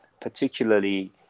particularly